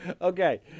Okay